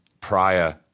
prior